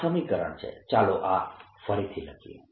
આ સમીકરણ છે ચાલો આ ફરીથી લખીએ